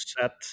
set